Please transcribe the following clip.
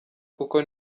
kuko